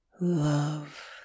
Love